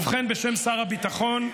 ובכן, בשם שר הביטחון.